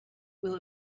will